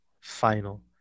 final